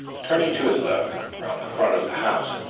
turning to his left round the front of the house,